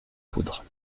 poudre